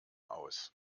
aus